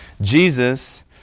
Jesus